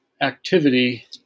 activity